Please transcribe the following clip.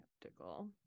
skeptical